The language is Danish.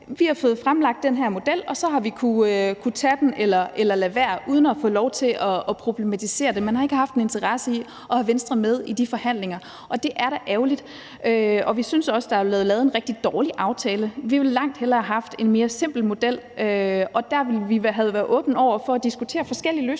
vi har fået fremlagt den her model, og så har vi kunnet tage den eller lade være uden at få lov til at problematisere det. Man har ikke haft en interesse i at have Venstre med i de forhandlinger, og det er da ærgerligt. Vi synes også, der er blevet lavet en rigtig dårlig aftale. Vi ville langt hellere have haft en mere simpel model, og der ville vi have været åbne over for at diskutere forskellige løsningsforslag.